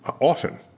often